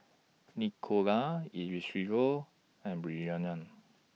Nicola Isidro and Bryanna